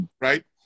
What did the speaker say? Right